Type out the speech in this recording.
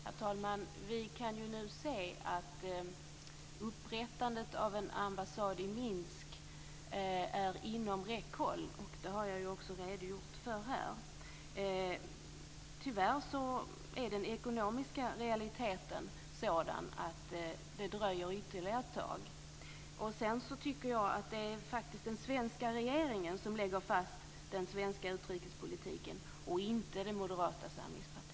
Herr talman! Vi kan nu se att upprättandet av en ambassad i Minsk är inom räckhåll. Det har jag ju också redogjort för här. Tyvärr är den ekonomiska realiteten sådan att det dröjer ytterligare ett tag. Jag tycker att det är den svenska regeringen som lägger fast den svenska utrikespolitiken, och inte